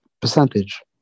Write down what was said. percentage